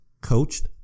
coached